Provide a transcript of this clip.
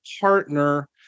partner